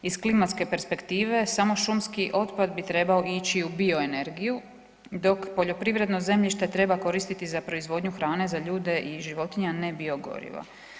Iz klimatske perspektive samo šumski otpad bi trebao ići u bio energiju dok poljoprivredno zemljište treba koristiti za proizvodnju hrane za ljude i životinje, a ne bio gorivo.